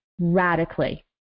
Radically